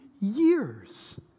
years